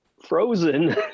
Frozen